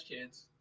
Kids